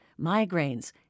migraines